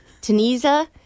Tunisia